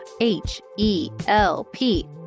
H-E-L-P